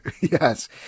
Yes